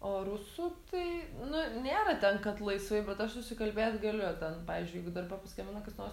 o rusų tai nu nėra ten kad laisvai bet aš susikalbėt galiu ten pavyzdžiui jeigu darbe paskambina kas nors